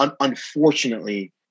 unfortunately